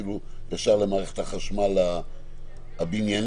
ישר למערכת החשמל של הבניין.